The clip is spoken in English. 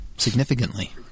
significantly